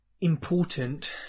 important